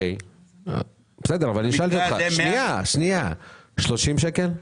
אתה מוכר ב-30 שקלים.